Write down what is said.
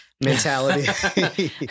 mentality